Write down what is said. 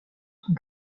son